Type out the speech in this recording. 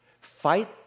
Fight